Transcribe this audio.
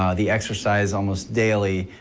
um the exercise almost daily,